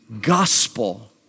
gospel